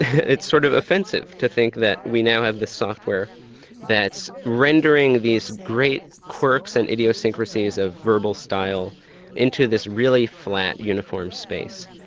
it's sort of offensive to think that we now have the software that's rendering these great quirks and idiosyncrasies of verbal style into this really flat, uniform space.